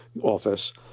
office